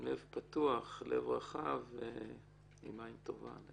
פתוח ורחב ועם עין טובה.